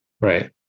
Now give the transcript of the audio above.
Right